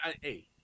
Hey